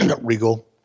Regal